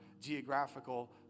geographical